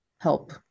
help